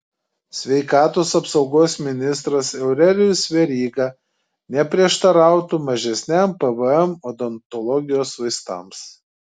sveikatos apsaugos ministras aurelijus veryga neprieštarautų mažesniam pvm odontologijos vaistams